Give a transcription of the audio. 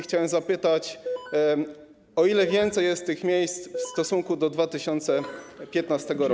Chciałem zapytać, o ile więcej jest tych miejsc w stosunku do 2015 r.